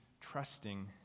trusting